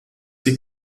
sie